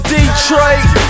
Detroit